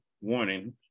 warning